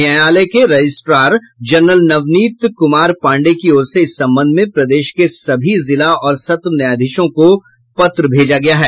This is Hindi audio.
न्यायालय के रजिस्ट्रार जनरल नवनीत कुमार पाण्डेय की ओर से इस संबंध में प्रदेश के सभी जिला और सत्र न्यायाधीशों को पत्र भेजा गया है